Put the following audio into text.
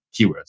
keywords